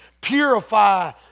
Purify